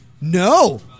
No